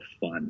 fun